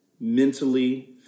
mentally